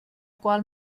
qual